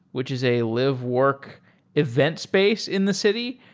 which is a live work event space in the city.